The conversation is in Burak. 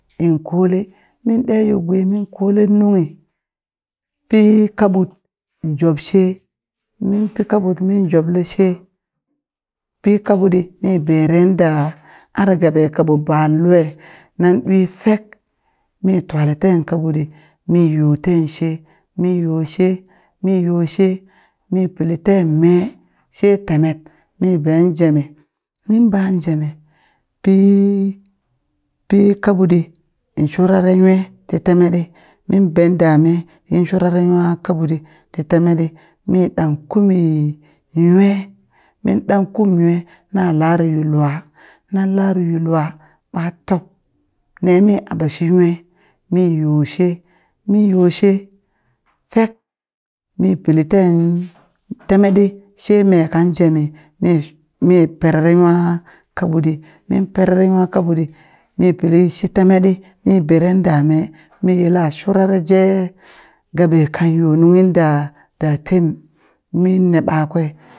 In kole min ɗe yu gwi min kole nunghi pi kaɓut job she min pi kaɓut min joɓle she mpi kabutɗi mi beren da are gaɓa kaɓo baan lue, nan ɗwi fek mi twale ten kaɓutɗi mi yo tenshe min yoshe mi yoshe mi pili ten mee she temet mi been jemi min baan jemi pi pi kaɓutɗi in shurare nwe ti temetɗi min ben da mee yin shurare nwa kabutɗi ti temetɗi mi ɗan kumi nwe, min ɗan kum nwe na lare yu lua nan lare yu lua ɓa top ne mi aɓa shi nwe mi yoo she min yoshe fek mi pili teen temetɗi she me kan jemi mi mi perere nwa kaɓutɗi min perere nwa kaɓutdi mi pili shi temetɗi mi ɓeren da me mi yila shurare jee gabe kan yo nunghi da da tem, minne ɓakwe